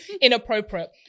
inappropriate